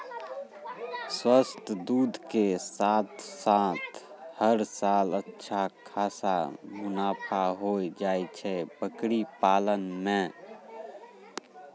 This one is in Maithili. स्वस्थ दूध के साथॅ साथॅ हर साल अच्छा खासा मुनाफा होय जाय छै बकरी पालन मॅ